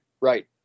right